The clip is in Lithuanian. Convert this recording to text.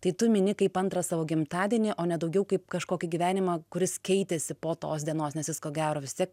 tai tu mini kaip antrą savo gimtadienį o ne daugiau kaip kažkokį gyvenimą kuris keitėsi po tos dienos nes jis ko gero vis tiek